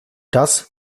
das